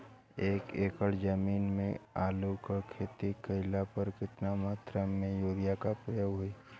एक एकड़ जमीन में आलू क खेती कइला पर कितना मात्रा में यूरिया क प्रयोग होई?